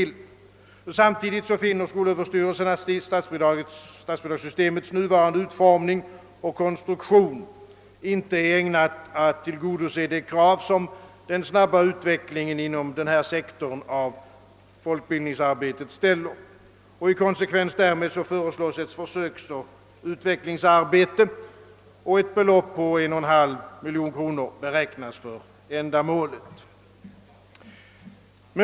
Samtidigt finner skolöverstyrelsen att statsbidragssystemets nuvarande konstruktion inte är ägnad att tillgodose de krav, som den snabba ut vecklingen inom denna sektor av folkbildningsområdet ställer. I konsekvens därmed föreslås ett försöksoch utvecklingsarbete, och ett belopp på 1,5 miljon kronor beräknas för ändamålet.